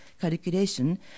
calculation